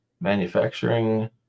manufacturing